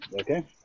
Okay